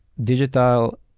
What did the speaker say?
digital